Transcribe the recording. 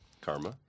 karma